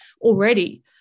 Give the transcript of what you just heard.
already